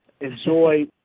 enjoy